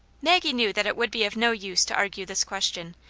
maggie knew that it would be of no use to argue this question.